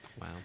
Wow